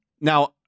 now